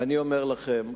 ואני אומר לכם: